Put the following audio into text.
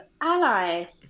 ally